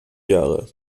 jahre